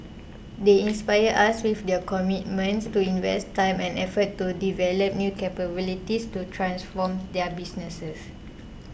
they inspire us with their commitment to invest time and effort to develop new capabilities to transform their businesses